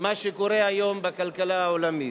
מה שקורה היום בכלכלה העולמית.